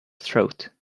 throat